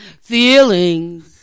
Feelings